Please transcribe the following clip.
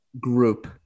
group